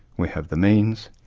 we have the means.